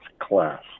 class